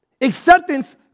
Acceptance